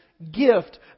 Gift